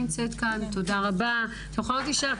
נמצאת כאן; אתן יכולות להישאר,